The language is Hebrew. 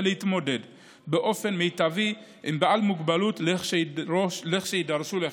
ולהתמודד באופן מיטבי עם בעל מוגבלות כשיידרשו לכך.